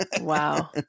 Wow